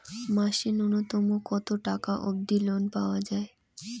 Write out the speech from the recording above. মাসে নূন্যতম কতো টাকা অব্দি লোন পাওয়া যায়?